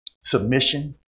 Submission